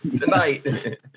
tonight